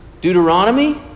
Deuteronomy